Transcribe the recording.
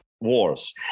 wars